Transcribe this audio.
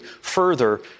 further